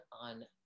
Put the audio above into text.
on